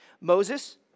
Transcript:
Moses